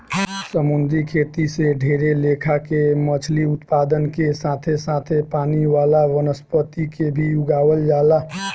समुंद्री खेती से ढेरे लेखा के मछली उत्पादन के साथे साथे पानी वाला वनस्पति के भी उगावल जाला